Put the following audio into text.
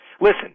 Listen